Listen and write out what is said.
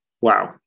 Wow